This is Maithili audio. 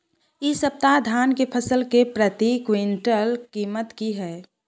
इ सप्ताह धान के फसल के प्रति क्विंटल कीमत की हय?